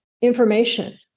information